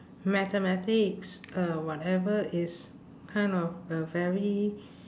mathematics uh whatever is kind of a very